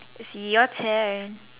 is your turn